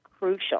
crucial